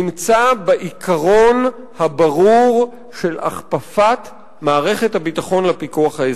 נמצא בעיקרון הברור של הכפפת מערכת הביטחון לפיקוח האזרחי.